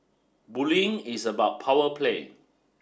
bullying is about power play